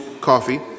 Coffee